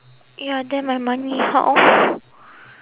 ya then my money how